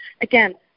again